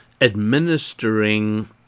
administering